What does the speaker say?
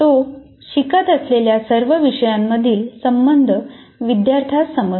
तो शिकत असलेल्या सर्व विषयांमधील संबंध विद्यार्थ्यास समजतो